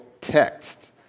text